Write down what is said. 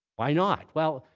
why not? well,